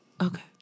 Okay